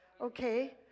Okay